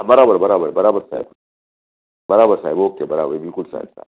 બરાબર બરાબર બરાબર સાહેબ બરાબર સાહેબ ઓકે બરાબર બિલકુલ સાહેબ હા